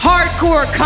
Hardcore